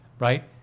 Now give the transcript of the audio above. Right